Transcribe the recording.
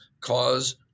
cause